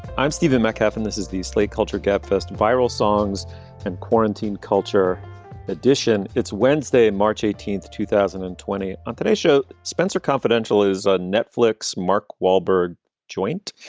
i'm stephen metcalf and this is the slate culture gabfest viral songs and quarantine culture edition. it's wednesday, march eighteenth, two thousand and twenty. on today's show, spencer confidential is on netflix mark wahlberg joint.